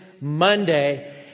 Monday